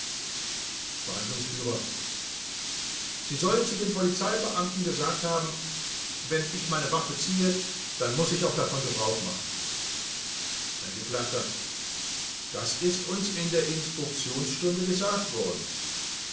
verhandlungsf sie sollen zu den polizeibeamten gesagt haben wenn ich meine waffe ziehe dann muß ich auch davon gebrauch machen angekl das ist uns in der instruktionsstunde gesagt worden